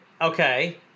okay